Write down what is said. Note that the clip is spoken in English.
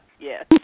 Yes